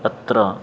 अत्र